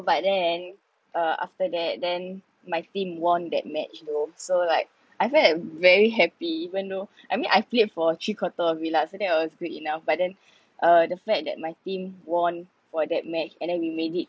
but then uh after that then my team won that match though so like I felt very happy even though I mean I played for three quarter of it lah so that was good enough but then uh the fact that my team won for that match and then we made it